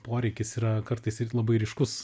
poreikis yra kartais labai ryškus